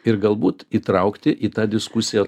ir galbūt įtraukti į tą diskusiją